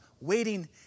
waiting